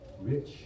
rich